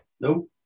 Nope